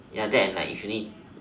ya that and like if you need